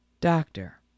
Doctor